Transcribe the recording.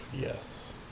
yes